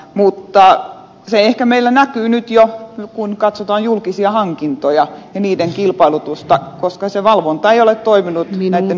mutta se ehkä meillä näkyy nyt jo kun katsotaan julkisia hankintoja ja niiden kilpailutusta koska se valvonta ei ole toiminut näiden yritysten osalta